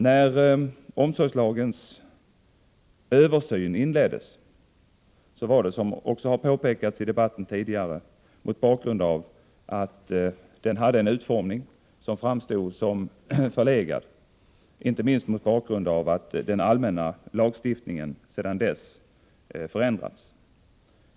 När översynen av omsorgslagen inleddes var detta, som också har påpekats i debatten tidigare, motiverat av att lagens utformning framstod som förlegad inte minst mot bakgrund av att den allmänna lagstiftningen hade förändrats.